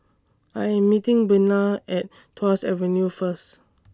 I Am meeting Bena At Tuas Avenue First